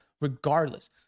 regardless